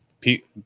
Pete